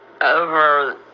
over